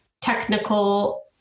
technical